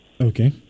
okay